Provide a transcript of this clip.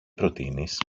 προτείνεις